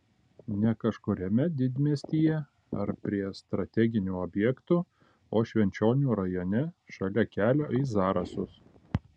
ne kažkuriame didmiestyje ar prie strateginių objektų o švenčionių rajone šalia kelio į zarasus